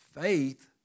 Faith